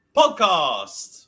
podcast